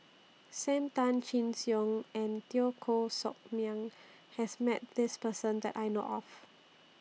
SAM Tan Chin Siong and Teo Koh Sock Miang has Met This Person that I know of